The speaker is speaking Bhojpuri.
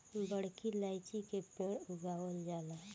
बड़की इलायची के पेड़ उगावल जाला